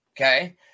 okay